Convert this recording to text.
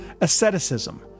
asceticism